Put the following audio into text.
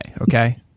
okay